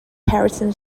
harrison